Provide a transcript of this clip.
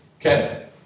okay